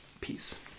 Peace